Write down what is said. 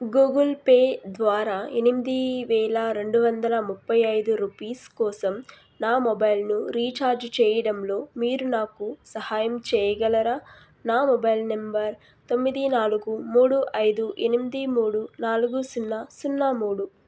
Google pay ద్వారా ఎనిమిది వేల రెండు వందల ముప్పై ఐదు రుపీస్ కోసం నా మొబైల్ను రీఛార్జ్ చెయ్యడంలో మీరు నాకు సహాయం చెయ్యగలరా నా మొబైల్ నెంబర్ తొమ్మిది నాలుగు మూడు ఐదు ఎనిమిది మూడు నాలుగు సున్నా సున్నా మూడు